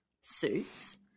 suits